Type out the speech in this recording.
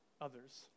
others